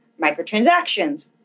microtransactions